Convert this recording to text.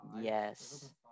yes